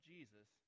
Jesus